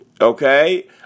okay